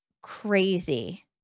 crazy